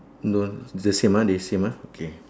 no the same ah they same ah okay